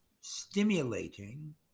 stimulating